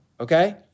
okay